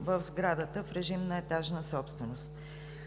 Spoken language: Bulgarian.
в сградата в режим на етажна собственост.